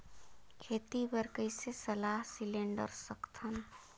खेती बर कइसे सलाह सिलेंडर सकथन?